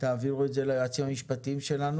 תעבירו את זה ליועצים המשפטיים שלנו